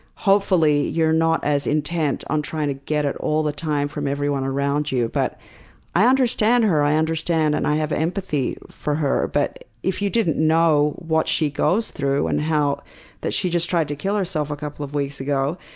hopefully you're not as intent on trying to get it all the time from everyone around you. but i understand her. i understand, and i have empathy for her. but if you didn't know what she goes through and how that she just tried to kill herself a couple of weeks ago,